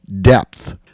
depth